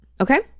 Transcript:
okay